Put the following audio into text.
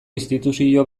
instituzio